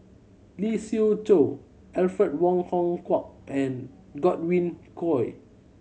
Lee Siew Choh Alfred Wong Hong Kwok and Godwin Koay